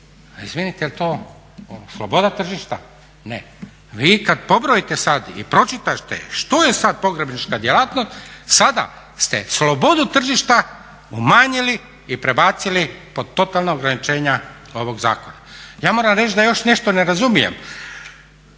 izvinite jel' to sloboda tržišta? Ne, vi kad pobrojite sad i pročitate što je sad pogrebnička djelatnost sada ste slobodu tržišta umanjili i prebacili pod totalna ograničenja ovog zakona. Ja moram reći da još nešto ne razumijem